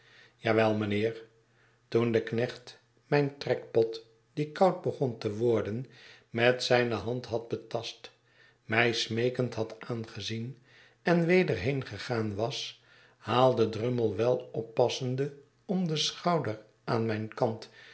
wel mijnheer toen de knecht mijn trekpot die koud begon te worden met zijne hand had betast mij smeekend had aangezien en weder heengegaan was haalde drummle wel oppassende om den schouder aan mijn kant